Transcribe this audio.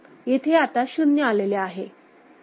येथे आता शून्य आलेले आहे